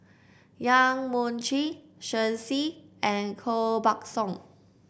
Yong Mun Chee Shen Xi and Koh Buck Song